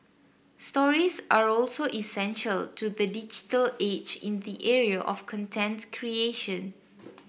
stories are also essential to the digital age in the area of contents creation